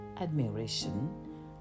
admiration